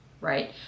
right